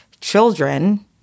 children